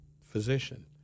physician